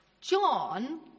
John